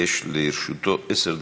יש לרשותו עשר דקות.